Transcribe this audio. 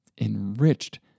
enriched